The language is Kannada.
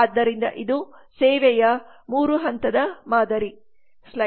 ಆದ್ದರಿಂದ ಇದು ಸೇವೆಯ 3 ಹಂತದ ಮಾದರಿ